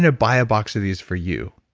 to buy a box of these for you,